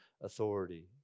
authority